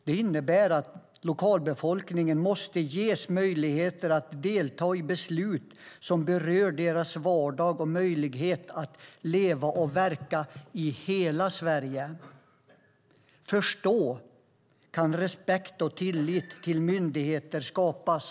Det innebär att lokalbefolkningen måste ges möjlighet att delta i beslut som berör deras vardag och möjlighet att leva och verka i hela Sverige. Först då kan respekt för och tillit till myndigheter skapas.